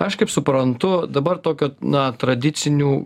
aš kaip suprantu dabar tokio na tradicinių